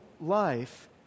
life